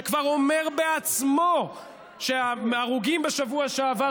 שכבר אומרים בעצמם שההרוגים בשבוע שעבר